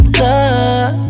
love